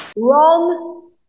Wrong